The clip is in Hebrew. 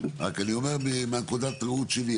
רק אני אומר- מנקודת הראות שלי,